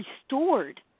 restored